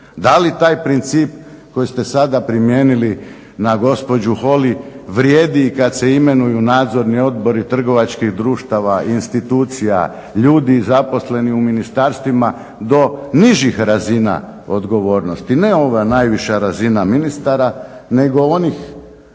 Da li taj princip koji ste sada primijenili na gospođu Holy vrijedi i kad se imenuju nadzorni odbori trgovačkih društava institucija, ljudi zaposlenih u ministarstvima do nižih razina odgovornosti? Ne ova najviša razina ministara nego onih